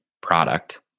product